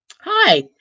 hi